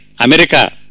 America